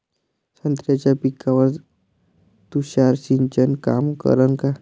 संत्र्याच्या पिकावर तुषार सिंचन काम करन का?